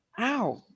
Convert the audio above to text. Ow